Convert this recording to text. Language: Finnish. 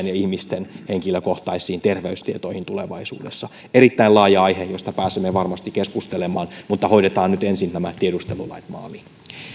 ja ihmisten henkilökohtaisiin terveystietoihin tulevaisuudessa erittäin laaja aihe josta pääsemme varmasti keskustelemaan mutta hoidetaan nyt ensin nämä tiedustelulait maaliin